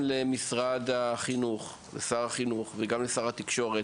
למשרד החינוך, שר החינוך, שר התקשורת,